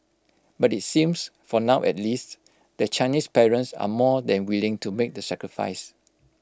but IT seems for now at least that Chinese parents are more than willing to make the sacrifice